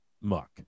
muck